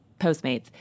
Postmates